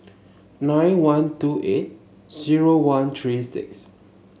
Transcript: nine one two eight zero one three six